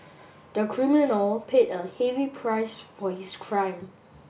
the criminal paid a heavy price for his crime